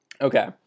Okay